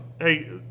Hey